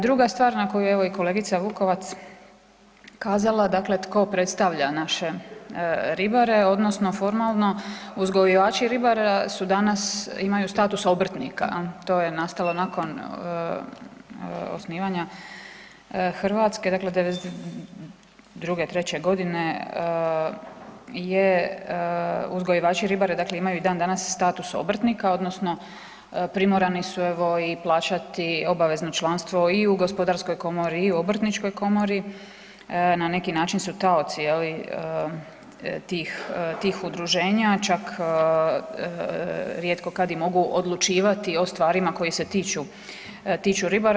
Druga stvar na koju je evo i kolegica Vukovac kazala, dakle tko predstavlja naše ribare odnosno formalno uzgojivači ribara su danas imaju status obrtnika je li, to je nastalo nakon osnivanja Hrvatske dakle '92., '93. godine je uzgojivači ribara dakle imaju i dan danas status obrtnika odnosno primoran i su evo i plaćati obavezno članstvo i u gospodarskoj komori i u obrtničkoj komori, na neki način su taoci je li tih udruženja čak rijetko kad i mogu odlučivati o stvarima koje se tiču, tiču ribara.